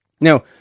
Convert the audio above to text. Now